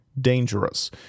dangerous